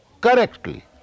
correctly